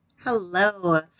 Hello